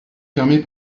fermé